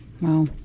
Wow